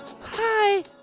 Hi